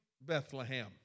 Bethlehem